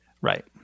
Right